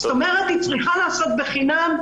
זאת אומרת, היא צריכה לעבוד בחינם.